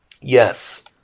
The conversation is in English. Yes